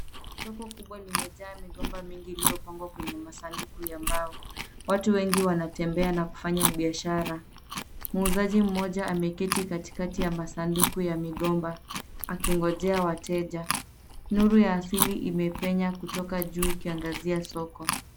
Soko kubwa limejaa migomba mingi iliyopangwa kwenye masanduku ya mbao. Watu wengi wanatembea na kufanya biashara. Muuzaji mmoja ameketi katikati ya masanduku ya migomba akingojea wateja. Nuru ya asili imepenya kutoka juu ikiangazia soko.